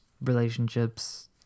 relationships